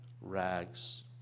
rags